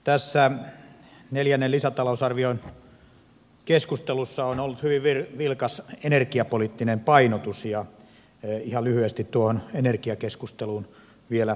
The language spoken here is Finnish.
tässä neljännen lisätalousarvion keskustelussa on ollut hyvin vilkas energiapoliittinen painotus ja ihan lyhyesti tuohon energiakeskusteluun vielä kommentoin